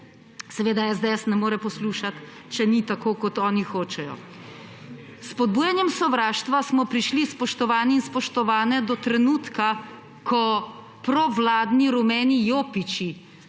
Seveda SDS ne more poslušati, če ni tako kot oni hočejo. S spodbujanem sovraštva smo prišli, spoštovani in spoštovane, do trenutka, ko provladni rumeni jopiči